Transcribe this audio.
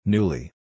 Newly